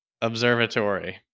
observatory